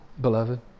beloved